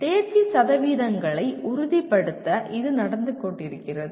தேர்ச்சி சதவீதங்களை உறுதிப்படுத்த இது நடந்து கொண்டிருக்கிறது